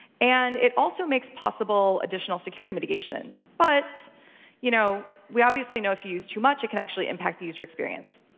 and it also makes possible additional security mitigations. but you know we obviously know, if you use too much, it can actually impact the user experience.